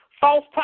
false